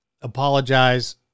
Apologize